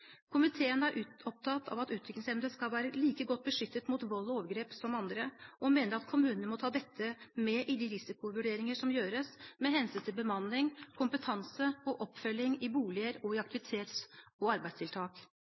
Komiteen er opptatt av at utviklingshemmede skal være like godt beskyttet mot vold og overgrep som andre, og mener at kommunene må ta dette med i de risikovurderinger som gjøres med hensyn til bemanning, kompetanse og oppfølging i boliger og i aktivitets- og arbeidstiltak.